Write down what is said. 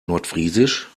nordfriesisch